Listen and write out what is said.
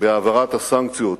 בהעברת הסנקציות